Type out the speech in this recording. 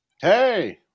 Hey